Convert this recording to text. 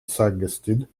suggested